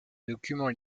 documents